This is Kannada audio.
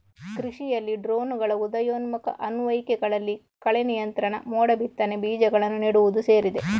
ಕೃಷಿಯಲ್ಲಿ ಡ್ರೋನುಗಳ ಉದಯೋನ್ಮುಖ ಅನ್ವಯಿಕೆಗಳಲ್ಲಿ ಕಳೆ ನಿಯಂತ್ರಣ, ಮೋಡ ಬಿತ್ತನೆ, ಬೀಜಗಳನ್ನು ನೆಡುವುದು ಸೇರಿದೆ